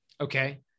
Okay